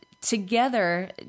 together